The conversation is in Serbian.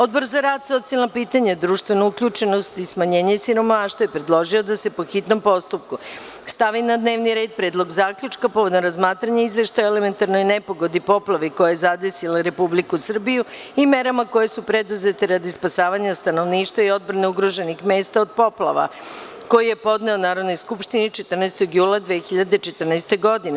Odbor za rad, socijalna pitanja, društvenu uključenost i smanjenje siromaštva je predložio da se, po hitnom postupku, stavi na dnevni red Predlog zaključka povodom razmatranja Izveštaja o elementarnoj nepogodi – poplavi koja je zadesila Republiku Srbiju i merama koje su preduzete radi spasavanja stanovništva i odbrane ugroženih mesta od poplava, koji je podneo Narodnoj skupštini 14. jula 2014. godine.